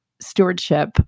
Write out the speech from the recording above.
stewardship